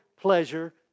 pleasure